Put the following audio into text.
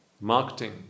marketing